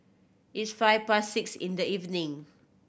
its five past six in the evening